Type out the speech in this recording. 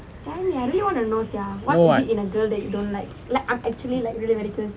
know what